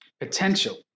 Potential